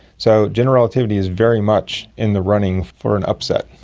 so general relativity is very much in the running for an upset.